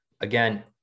again